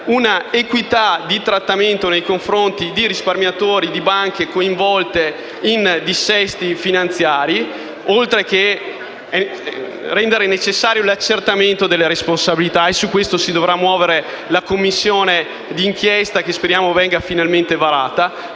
equità di trattamento nei confronti di risparmiatori di banche coinvolte in dissesti finanziari e che inoltre si renda necessario l'accertamento delle responsabilità (e su questo si dovrà muovere la Commissione d'inchiesta, che speriamo venga finalmente varata);